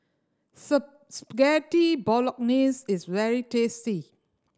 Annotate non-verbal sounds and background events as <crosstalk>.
<unintelligible> Spaghetti Bolognese is very tasty